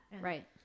Right